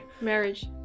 Marriage